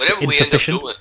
insufficient